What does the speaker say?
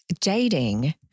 dating